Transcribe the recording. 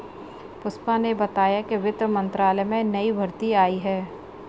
पुष्पा ने बताया कि वित्त मंत्रालय में नई भर्ती आई है